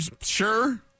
Sure